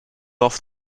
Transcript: off